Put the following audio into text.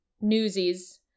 Newsies